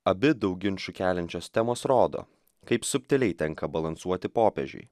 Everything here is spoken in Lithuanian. abi daug ginčų keliančios temos rodo kaip subtiliai tenka balansuoti popiežiui